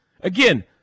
Again